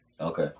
Okay